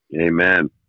Amen